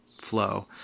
flow